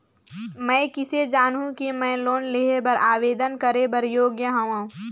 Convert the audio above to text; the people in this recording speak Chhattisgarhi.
मैं किसे जानहूं कि मैं लोन लेहे बर आवेदन करे बर योग्य हंव?